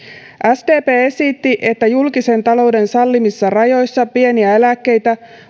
sdp esitti että julkisen talouden sallimissa rajoissa pieniä eläkkeitä